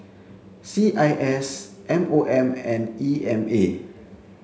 C I S M O M and E M A